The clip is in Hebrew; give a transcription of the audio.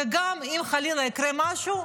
וגם אם חלילה יקרה משהו,